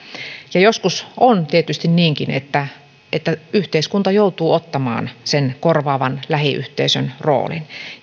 joskus on tietysti niinkin että että yhteiskunta joutuu ottamaan sen korvaavan lähiyhteisön roolin